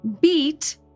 Beat